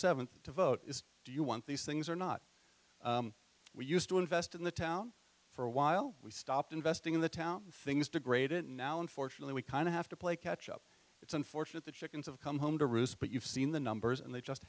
seventh to vote is do you want these things or not we used to invest in the town for a while we stopped investing in the town things degrade it and now unfortunately we kind of have to play catch up it's unfortunate the chickens have come home to roost but you've seen the numbers and they just